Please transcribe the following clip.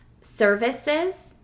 services